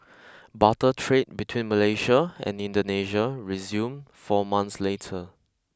barter trade between Malaysia and Indonesia resumed four months later